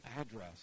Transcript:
address